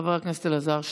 חבר הכנסת אלעזר שטרן.